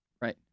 Right